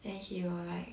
then he will like